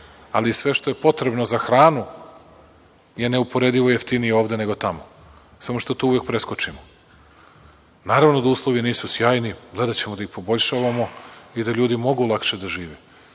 ali sve što je potrebno za hranu je neuporedivo jeftinije ovde nego tamo. Samo što to uvek preskočimo. Naravno da uslovi nisu sjajni, gledaćemo da ih poboljšavamo i da ljudi mogu lakše da žive,